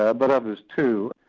ah but others too,